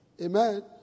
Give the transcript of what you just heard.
Amen